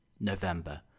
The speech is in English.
November